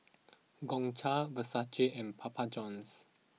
Gongcha Versace and Papa Johns